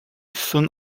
soon